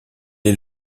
est